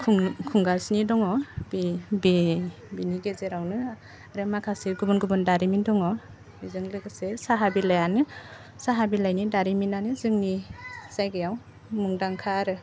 खुं खुंगासिनो दङ बे बे बिनि गेजेरावनो आरो माखासे गुबुन गुबुन दारिमिन दङ बेजों लोगोसे साहा बिलाइयानो साहा बिलाइनि दारिमिनानो जोंनि जायगायाव मुंदांखा आरो